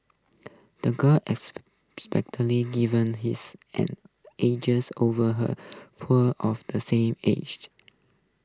the girl's given his an edges over her poor of the same age